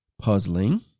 puzzling